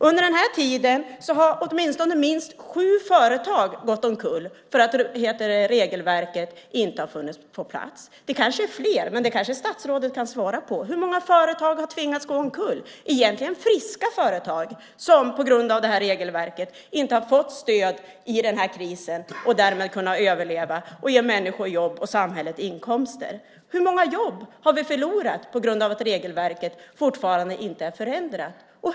Under den här tiden har minst sju företag gått omkull därför att regelverket inte har funnits på plats. Det kanske är fler. Det kanske statsrådet kan svara på. Hur många företag har tvingats gå omkull? Det handlar om friska företag som på grund av det är regelverket inte har fått stöd i den här krisen och därmed kunnat överleva och ge människor jobb och samhället inkomster. Hur många jobb har vi förlorat på grund av att regelverket fortfarande inte har ändrats?